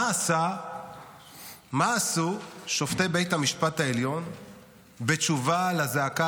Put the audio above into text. מה עשו שופטי בית המשפט העליון בתשובה על הזעקה